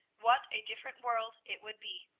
what a different world it would be!